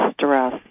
stress